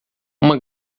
uma